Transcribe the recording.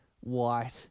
white